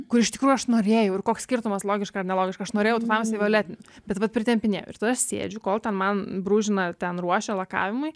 kur iš tikrųjų aš norėjau ir koks skirtumas logiška ar nelogiška aš norėjau tamsiai violetinių bet vat pritempinėju ir tada aš sėdžiu kol ten man brūžina ten ruošia lakavimui